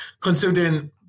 Considering